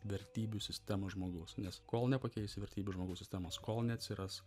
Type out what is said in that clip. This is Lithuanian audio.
vertybių sistemą žmogaus nes kol nepakeisi vertybių žmogaus sistemos kol neatsiras